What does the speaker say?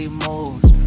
moves